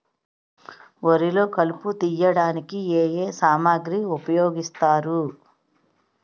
వరిలో కలుపు తియ్యడానికి ఏ ఏ సామాగ్రి ఉపయోగిస్తారు?